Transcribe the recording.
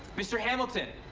mr. hamilton.